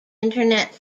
internet